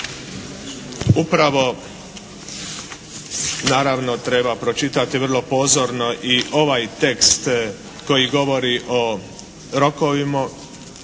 Upravo naravno treba pročitati vrlo pozorno i ovaj tekst koji govori o rokovima,